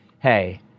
Hey